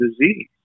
disease